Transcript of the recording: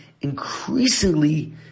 increasingly